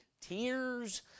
tears